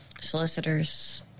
solicitors